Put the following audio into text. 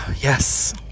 Yes